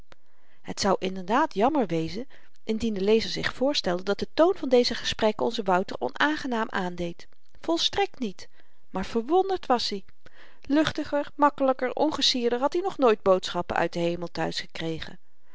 het zou inderdaad jammer wezen indien de lezer zich voorstelde dat de toon van deze gesprekken onzen wouter onaangenaam aandeed volstrekt niet maar verwonderd wàs i luchtiger makkelyker ongesierder had i nog nooit boodschappen uit den hemel